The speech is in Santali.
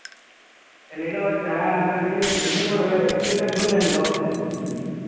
ᱮᱱᱦᱤᱞᱳᱜ ᱡᱟᱦᱟᱸ ᱫᱷᱚᱞᱵᱷᱩᱢ ᱜᱚᱲ ᱨᱮ ᱮᱠᱥᱤᱰᱮᱱᱴ ᱦᱩᱭᱞᱮᱱ ᱫᱚ